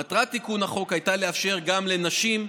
מטרת תיקון החוק הייתה לאפשר גם לנשים,